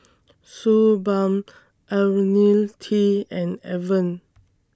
Suu Balm Ionil T and Avene